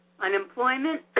Unemployment